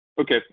Okay